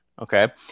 okay